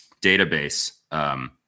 database